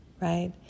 right